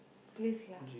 please lah